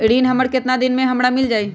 ऋण हमर केतना दिन मे हमरा मील जाई?